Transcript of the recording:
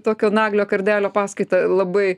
tokio naglio kardelio paskaitą labai